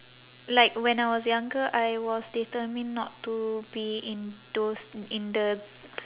like when I was younger I was determined not to be in those in the